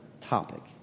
topic